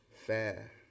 Fair